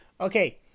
Okay